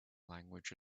language